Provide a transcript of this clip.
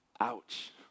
Ouch